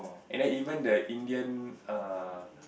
and then even the Indian err